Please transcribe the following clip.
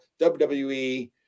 WWE